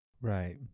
Right